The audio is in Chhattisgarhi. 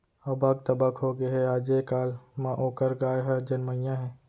अबक तबक होगे हे, आजे काल म ओकर गाय ह जमनइया हे